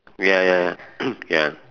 ya ya ya ya